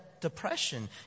depression